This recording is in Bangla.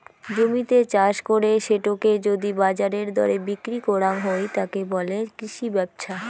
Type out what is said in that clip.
জমিতে চাষ করে সেটোকে যদি বাজারের দরে বিক্রি করাং হই, তাকে বলে কৃষি ব্যপছা